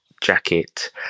jacket